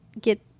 get